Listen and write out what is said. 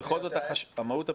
מהות הפניות,